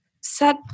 set